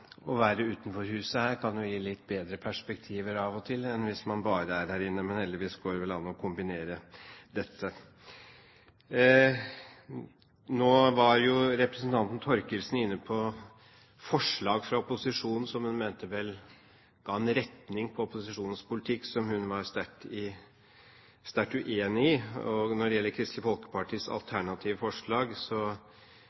å være utenfor huset her kan gi litt bedre perspektiver av og til enn hvis man bare er her inne, men heldigvis går det vel an å kombinere dette. Representanten Thorkildsen var inne på forslag fra opposisjonen, som hun mente ga en retning på opposisjonens politikk som hun var sterkt uenig i. Når det gjelder Kristelig Folkepartis